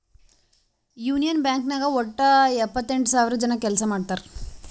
union Bank ನಾಗ್ ವಟ್ಟ ಎಪ್ಪತ್ತೆಂಟು ಸಾವಿರ ಜನ ಕೆಲ್ಸಾ ಮಾಡ್ತಾರ್